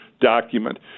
document